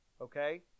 okay